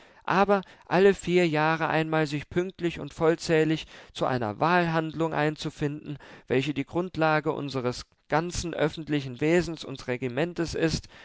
aber alle vier jahre einmal sich pünktlich und vollzählig zu einer wahlhandlung einzufinden welche die grundlage unsers ganzen öffentlichen wesens und regimentes ist